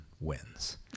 wins